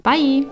Bye